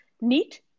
need